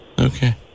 okay